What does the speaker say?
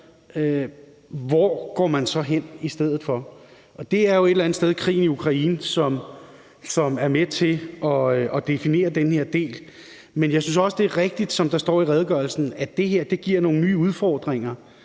hvor går man så hen i stedet for? Det er jo et eller andet sted krigen i Ukraine, som er med til at definere den her del. Men jeg synes også, det er rigtigt, som der står i redegørelsen, at det her giver nogle nye udfordringer.